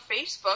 Facebook